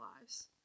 lives